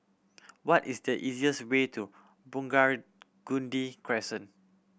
what is the easiest way to Crescent